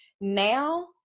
Now